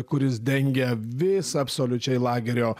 kuris dengia visą absoliučiai lagerio